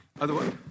Otherwise